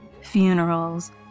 funerals